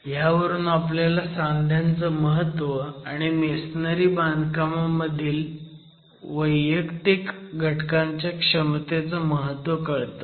ह्यावरून आपल्याला सांध्यांचं महत्व आणि मेसनरी बांधकामातील वैयक्तिक घटकांच्या क्षमतेचं महत्व कळतं